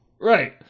right